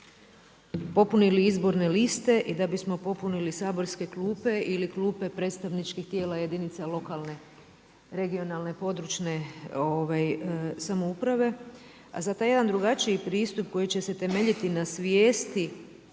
popunili izborne liste, i da bi smo popunili saborske klupe ili klupe predstavničkih tijela jedinica lokalne, regionalne, područne samouprave. A za taj jedan drugačiji pristup koji će se temeljiti na svijesti